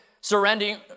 surrendering